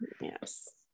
Yes